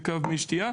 בקו מי שתייה,